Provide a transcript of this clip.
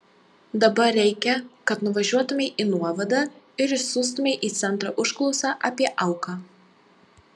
dabar reikia kad nuvažiuotumei į nuovadą ir išsiųstumei į centrą užklausą apie auką